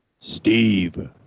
Steve